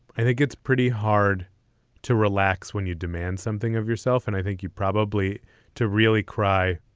i think it's pretty hard to relax when you demand something of yourself. and i think you probably to really cry.